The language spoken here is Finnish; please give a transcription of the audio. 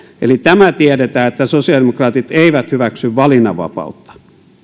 eli tämä tiedetään että sosiaalidemokraatit eivät hyväksy valinnanvapautta